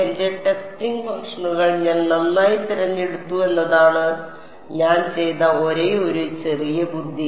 എന്റെ ടെസ്റ്റിംഗ് ഫംഗ്ഷനുകൾ ഞാൻ നന്നായി തിരഞ്ഞെടുത്തു എന്നതാണ് ഞാൻ ചെയ്ത ഒരേയൊരു ചെറിയ ബുദ്ധി